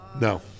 No